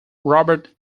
robert